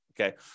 okay